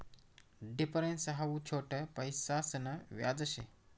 difference हाऊ छोट पैसासन व्याज शे